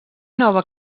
nova